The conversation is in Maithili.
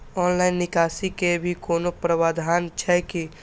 ऑनलाइन निकासी के भी कोनो प्रावधान छै की?